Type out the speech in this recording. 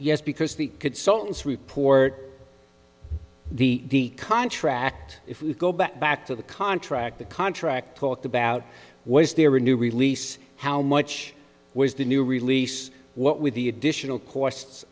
yes because the consultants report the contract if we go back back to the contract the contract talked about was there a new release how much was the new release what with the additional costs